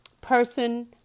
person